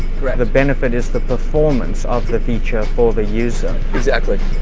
the benefit is the performance of the feature for the user. exactly.